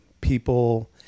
people